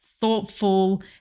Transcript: thoughtful